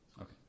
Okay